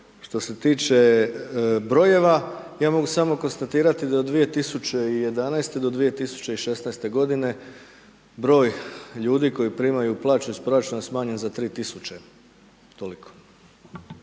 što se tiče brojeva, ja mogu samo konstatirati, da od 2011.-2016. g. broj ljudi koji primaju plaću iz proračuna je smanjen za 3000 toliko.